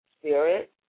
spirit